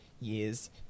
years